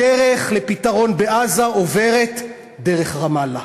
הדרך לפתרון בעזה עוברת דרך רמאללה.